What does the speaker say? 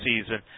season